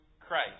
Christ